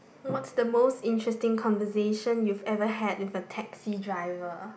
what's the most interesting conversation you've ever had with a taxi driver